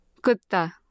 Kutta